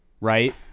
Right